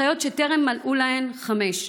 אחיות שטרם מלאו להן חמש,